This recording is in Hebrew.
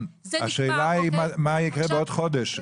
השאלה מה יקרה בעוד חודש,